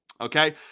Okay